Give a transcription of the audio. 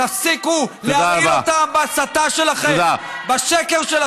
תפסיקו, להרעיל אותם בהסתה שלכם, בשקר שלכם.